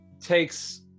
takes